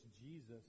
Jesus